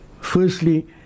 firstly